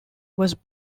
was